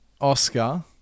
Oscar